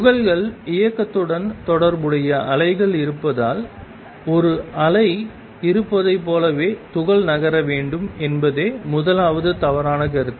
துகள்கள் இயக்கத்துடன் தொடர்புடைய அலைகள் இருப்பதால் ஒரு அலை இருப்பதைப் போலவே துகள் நகர வேண்டும் என்பதே முதலாவது தவறான கருத்து